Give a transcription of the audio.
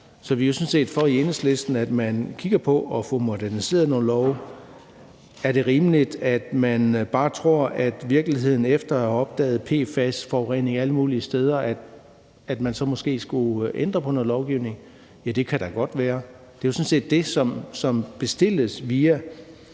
Så vi er i Enhedslisten for, at man kigger på at få moderniseret nogle love. Er det rimeligt, at man i forhold til virkeligheden efter at have opdaget PFAS-forurening alle mulige steder så måske skulle ændre på noget lovgivning? Ja, det kan da godt være. Det er jo sådan set det, som bestilles via